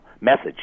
message